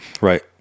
right